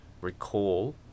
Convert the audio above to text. recall